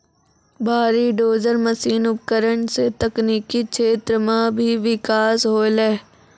भारी dozer machine उपकरण सें तकनीकी क्षेत्र म भी बिकास होलय